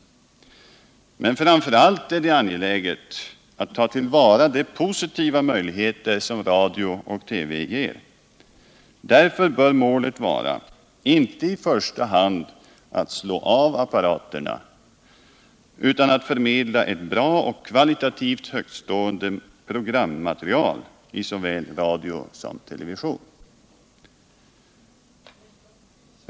Men framför allt är det angeläget att tatill vara de positiva möjligheter som radio och TV ger. Därför bör målet vara inte i första hand att slå av apparaterna, utan att förmedla ett bra och kvalitativt högtstående programmaterial i såväl radio som television.